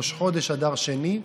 ראש חודש אדר שני.